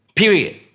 Period